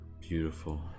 beautiful